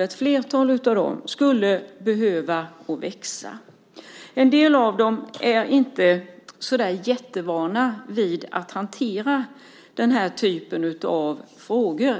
Ett flertal av dem skulle behöva växa. En del av småföretagarna är inte så vana vid att hantera den typen av frågor.